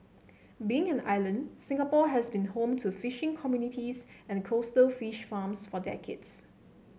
being an island Singapore has been home to fishing communities and coastal fish farms for decades